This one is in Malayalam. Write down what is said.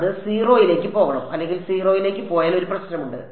അത് 0 ലേക്ക് പോകണം അല്ലെങ്കിൽ 0 ലേക്ക് പോയാൽ ഒരു പ്രശ്നമുണ്ട്